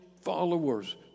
followers